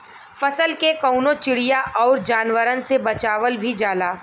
फसल के कउनो चिड़िया आउर जानवरन से बचावल भी जाला